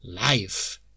life